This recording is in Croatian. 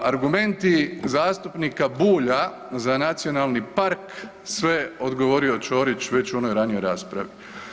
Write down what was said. Argumenti zastupnika Bulja za nacionalni park, sve je odgovorio Ćorić već u onoj ranijoj raspravi.